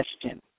question